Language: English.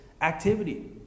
activity